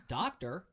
doctor